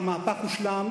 המהפך הושלם.